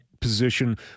position